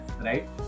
right